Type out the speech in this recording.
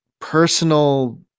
personal